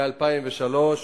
מ-2003,